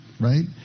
right